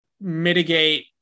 mitigate